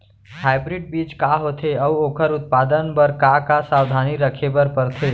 Hybrid बीज का होथे अऊ ओखर उत्पादन बर का का सावधानी रखे बर परथे?